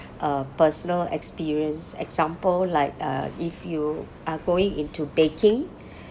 uh personal experience example like uh if you are going into baking